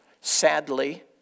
Sadly